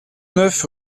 neuf